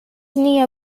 near